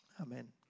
Amen